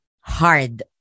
hard